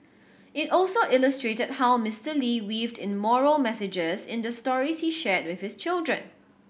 it also illustrated how Mister Lee weaved in moral messages in the stories he shared with his children